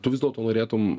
tu vis dėlto norėtum